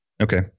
Okay